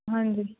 ਹਾਂਜੀ